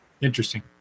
interesting